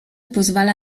pozwala